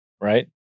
right